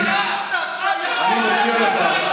חבר הכנסת לפיד, אני מציע לך,